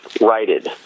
righted